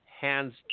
hands